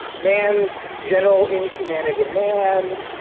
man's general inhumanity of man,